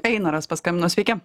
einaras paskambino sveiki